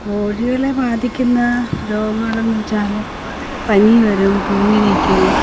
കോഴികളെ ബാധിക്കുന്ന രോഗങ്ങളെന്ന് വെച്ചാൽ പനി വരും തൂങ്ങിനിൽക്കും